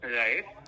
right